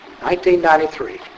1993